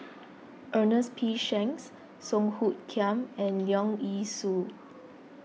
Ernest P Shanks Song Hoot Kiam and Leong Yee Soo